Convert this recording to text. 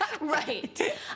Right